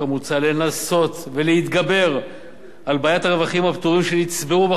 לנסות ולהתגבר על בעיית הרווחים הפטורים שנצברו בחברות,